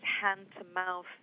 hand-to-mouth